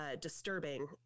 disturbing